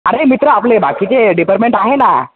अरे मित्रा आपले बाकीचे डिपार्टमेंट आहे ना